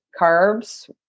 carbs